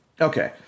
Okay